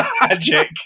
magic